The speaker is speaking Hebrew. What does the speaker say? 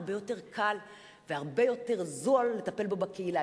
הרבה יותר קל והרבה יותר זול לטפל בו בקהילה,